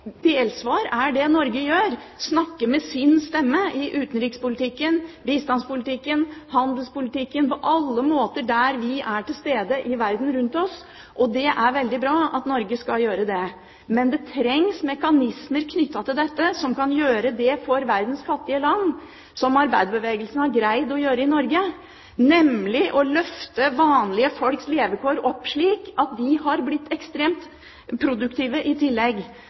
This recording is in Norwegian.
er det Norge gjør: snakke med sin stemme i utenrikspolitikken, bistandspolitikken, handelspolitikken, på alle måter der vi er til stede i verden rundt oss. Det er veldig bra at Norge skal gjøre det. Men det trengs mekanismer knyttet til dette som kan gjøre det for verdens fattige land, som arbeiderbevegelsen har greid å gjøre i Norge, nemlig å løfte vanlige folks levekår opp slik at de har blitt ekstremt produktive i tillegg.